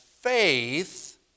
faith